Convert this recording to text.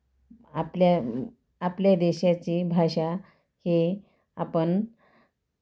आपल्या आपल्या देशाची भाषा हे आपण